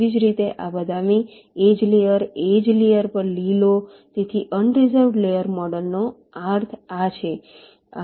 એ જ રીતે આ બદામી એ જ લેયર એ જ લેયર પર લીલો તેથી અનરિઝર્વ્ડ લેયર મોડલનો અર્થ આ છે